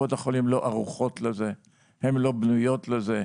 קופות החולים לא ערוכות לזה ולא בנויות לזה.